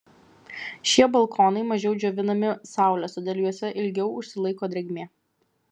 šie balkonai mažiau džiovinami saulės todėl juose ilgiau užsilaiko drėgmė